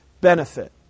benefit